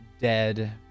dead